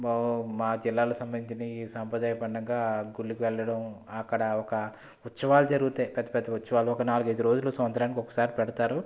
మా జిల్లాలకు సంబంధించింది ఈ సాంప్రదాయపరంగా గుడులకి వెళ్ళడం అక్కడ ఒక ఉత్సవాలు జరుగుతాయి పెద్ద పెద్ద ఉత్సవాలు ఒక నాలుగు ఐదు రోజులు సంవత్సరానికి ఒకసారి పెడతారు